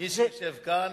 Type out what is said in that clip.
מי שיושב כאן,